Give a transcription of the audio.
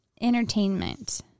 Entertainment